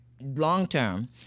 long-term